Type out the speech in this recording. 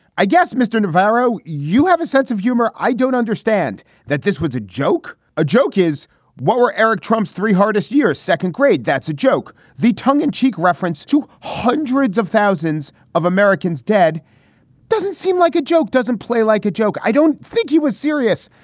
i guess, mr. navarro, you have a sense of humor. i don't understand that this was a joke. a joke is what we're eric trump's three hardest years second grade. that's a joke. the tongue in cheek reference to hundreds of thousands of americans dead doesn't seem like a joke. doesn't play like a joke. i don't think he was serious.